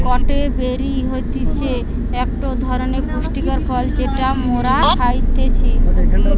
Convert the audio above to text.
গটে বেরি হতিছে একটো ধরণের পুষ্টিকর ফল যেটা মোরা খাইতেছি